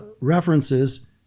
references